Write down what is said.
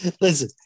listen